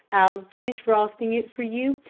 i'll finish frosting it for you.